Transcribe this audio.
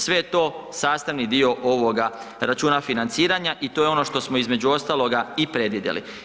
Sve je to sastavni dio ovoga računa financiranja i to je ono što smo između ostaloga i predvidjeli.